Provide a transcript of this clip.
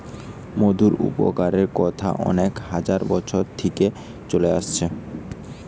মধুর উপকারের কথা অনেক হাজার বছর থিকে চলে আসছে